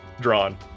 drawn